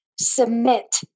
submit